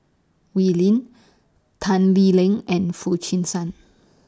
Wee Lin Tan Lee Leng and Foo Chee San